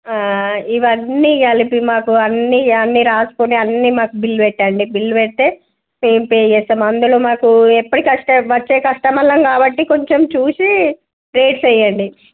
ఇవన్నీ కలిపి మాకు అన్నీ అన్నీ రాసుకొని అన్నీ మాకు బిల్ పెట్టండి బిల్లు పెడితే మేం పే చేస్తాం అందులో మాకు ఎప్పటికి వచ్చే కస్టమర్లం కాబట్టి కొంచెం చూసి రేట్స్ వేయండి